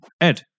Ed